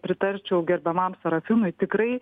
pritarčiau gerbiamam sarafinui tikrai